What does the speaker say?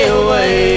away